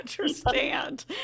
understand